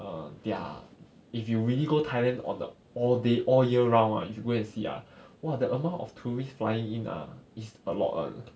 err their if you really go thailand on the all day all year round right if you go and see ah !wah! the amount of tourist flying in ah is a lot [one]